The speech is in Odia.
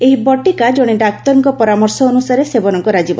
ଏହି ବଟିକା ଜଣେ ଡାକ୍ତରଙ୍କ ପରାମର୍ଶ ଅନୁସାରେ ସେବନ କରାଯିବ